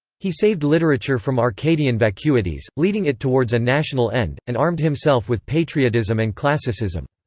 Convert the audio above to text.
he saved literature from arcadian vacuities, leading it towards a national end, and armed himself with patriotism and classicism.